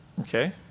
Okay